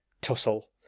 tussle